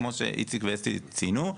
כמו שאיציק ואסתי ציינו,